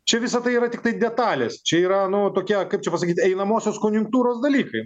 čia visa tai yra tiktai detalės čia yra nu tokia kaip čia pasakyt einamosios konjunktūros dalykai